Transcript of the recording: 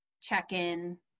check-in